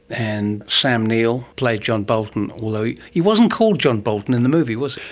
and sam neill played john bolton, although he wasn't called john bolton in the movie, was